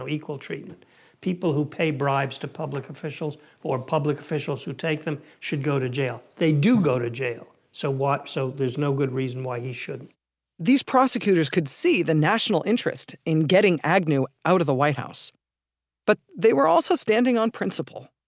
equal treatment people who pay bribes to public officials or public officials who take them should go to jail. they do go to jail. so so there's no good reason why he shouldn't these prosecutors could see the national interest in getting agnew out of the white house but they were also standing on principle,